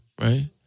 right